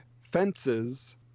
Fences